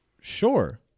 Sure